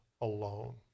alone